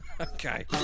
Okay